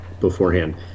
beforehand